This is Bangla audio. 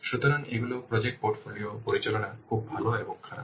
সুতরাং এগুলি প্রজেক্ট পোর্টফোলিও পরিচালনার কিছু ভাল এবং খারাপ